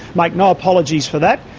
make no apologies for that.